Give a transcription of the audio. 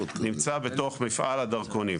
נמצא בתוך מפעל הדרכונים.